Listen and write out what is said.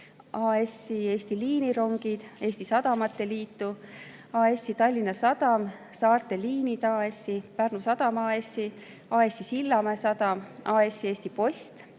AS-i Eesti Liinirongid, Eesti Sadamate Liitu, AS-i Tallinna Sadam, Saarte Liinid AS-i, Pärnu Sadam AS-i, AS-i Sillamäe Sadam, AS-i Eesti Post,